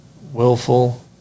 willful